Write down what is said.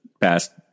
past